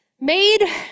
Made